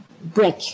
break